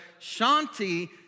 Shanti